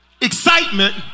excitement